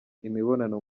imibonano